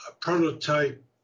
prototype